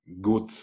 good